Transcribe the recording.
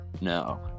No